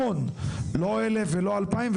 לא 1,000 לא 2,000,